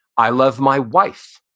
i love my wife,